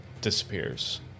disappears